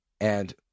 and-